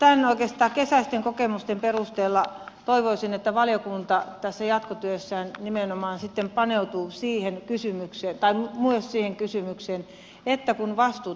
oikeastaan näiden kesäisten kokemusten perusteella toivoisin että valiokunta tässä jatkotyössään paneutuu myös siihen kysymykseen että kun